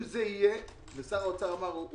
שר האוצר אמר,